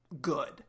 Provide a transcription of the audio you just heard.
good